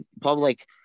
public